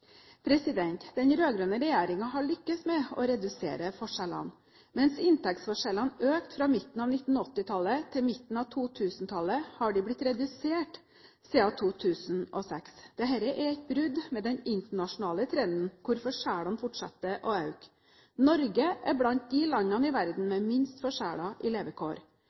Den rød-grønne regjeringen har lyktes med å redusere forskjellene. Mens inntektsforskjellene økte fra midten av 1980-tallet til midten av 2000-tallet, har de blitt redusert siden 2006. Dette er et brudd med den internasjonale trenden, hvor forskjellene fortsetter å øke. Norge er blant landene i verden med minst forskjeller i levekår.